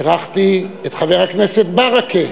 בירכתי את חבר הכנסת ברכה,